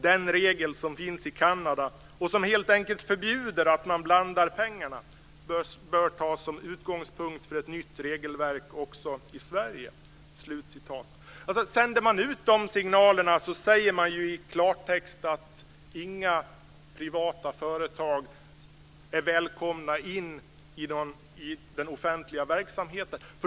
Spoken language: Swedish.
Den regel, som finns i Kanada och som helt enkelt förbjuder att man blandar pengarna, bör tas som utgångspunkt för ett nytt regelverk också i Sverige." Sänder man ut de signalerna säger man ju i klartext att inga privata företag är välkomna in i den offentliga verksamheten.